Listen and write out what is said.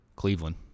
Cleveland